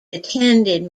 attended